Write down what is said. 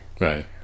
right